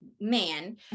man